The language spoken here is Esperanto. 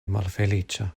malfeliĉa